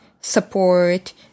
support